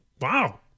wow